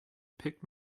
pick